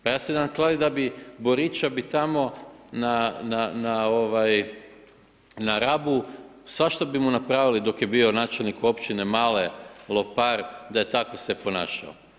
Pa ja se dam kladiti da bi Borića bi tamo na Rabu, svašta bi mu napravili dok je bio načelnik općine Male Lopar, da je tako se ponašao.